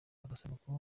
bagasabwa